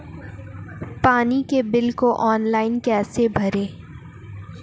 पानी के बिल को ऑनलाइन कैसे भरें?